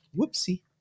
Whoopsie